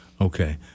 Okay